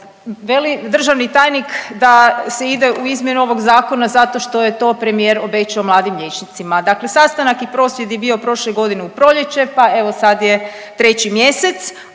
državni tajnik da se ide u izmjenu ovog zakona zato što je to premijer obećao mladim liječnicima. Dakle, sastanak i prosvjed je bio prošle godine u proljeće, pa evo sad je 3 mjesec.